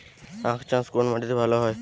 আখ চাষ কোন মাটিতে ভালো হয়?